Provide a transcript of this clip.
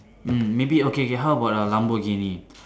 mm maybe okay K how about a Lamborghini